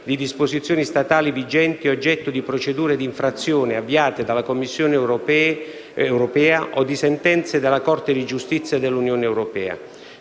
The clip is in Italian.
di disposizioni statali vigenti oggetto di procedure d'infrazione avviate dalla Commissione europea o di sentenze della Corte di giustizia dell'Unione europea;